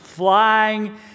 Flying